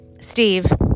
Steve